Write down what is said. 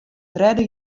tredde